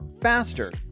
faster